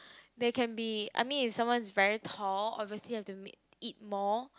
they can be I mean if someone is very tall obviously have to ma~ eat more